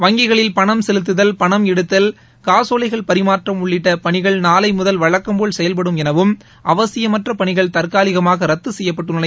வங்கிகளில் பணம் செலுத்துதல் பணம் எடுத்தல் காசோலைகள் பரிமாற்றம் உள்ளிட்ட பணிகள் நாளை முதல் வழக்கம்போல் செயல்படும் எனவும் அவசியமற்ற பணிகள் தற்காலிகமாக ரத்து செய்யப்பட்டுள்ளன